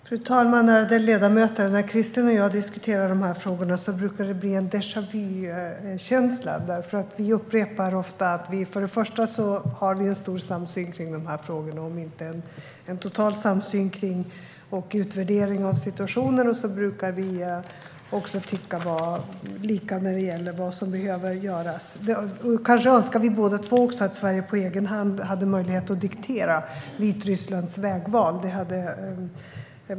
Fru talman! Ärade ledamöter! När Christian Holm Barenfeld och jag diskuterar de här frågorna brukar det bli en déjà-vu-känsla. Vi upprepar ju ofta att vi för det första har en stor, om inte en total, samsyn kring de här frågorna, och i utvärderingen av situationer brukar vi också tycka lika när det gäller vad som behöver göras. Kanske önskar vi båda två också att Sverige på egen hand hade möjlighet att diktera Vitrysslands vägval.